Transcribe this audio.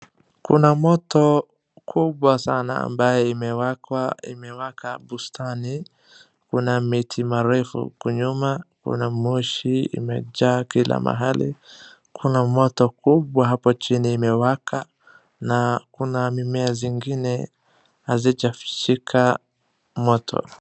Kuna moto kubwa sana ambaye imewakwa imewaka bustani. Kuna miti marefu huku nyuma, kuna moshi imejaa kila mahali. Kuna moto kubwa hapo chini imewaka na kuna mimea zingine hazijashika moto.